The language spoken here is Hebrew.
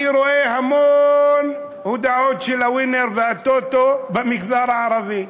אני רואה המון מודעות של ה"ווינר" וה"טוטו" במגזר הערבי.